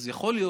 אז יכול להיות